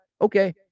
Okay